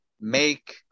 make